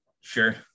Sure